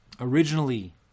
Originally